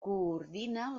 coordina